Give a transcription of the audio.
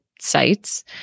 sites